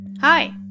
Hi